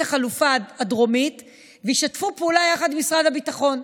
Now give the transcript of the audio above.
החלופה הדרומית וישתפו פעולה יחד עם משרד הביטחון.